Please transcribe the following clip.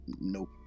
Nope